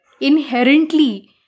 inherently